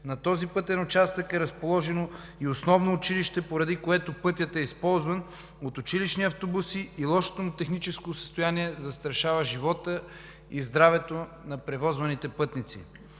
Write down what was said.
На този пътен участък е разположено и основно училище, поради което пътят е използван от училищни автобуси и лошото му техническо състояние застрашава живота и здравето на превозваните пътници.